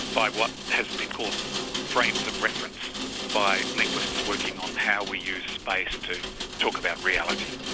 by what has been called frames of reference by linguists working on how we use space to talk about reality.